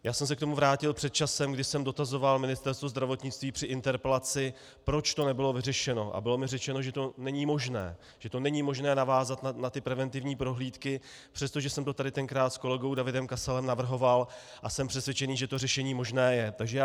Vrátil jsem se k tomu před časem, kdy jsem dotazoval Ministerstvo zdravotnictví při interpelaci, proč to nebylo vyřešeno, a bylo mi řečeno, že to není možné, že to není možné navázat na preventivní prohlídky, přestože jsem to tady tenkrát s kolegou Davidem Kasalem navrhoval a jsem přesvědčen, že to řešení možné je.